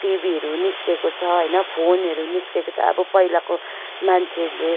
टिभीहरू निस्केको छ होइन फोनहरू निस्केको छ अब पहिलाको मान्छेहरूले